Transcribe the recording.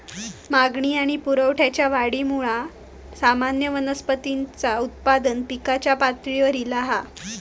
मागणी आणि पुरवठ्याच्या वाढीमुळा सामान्य वनस्पतींचा उत्पादन पिकाच्या पातळीवर ईला हा